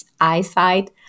eyesight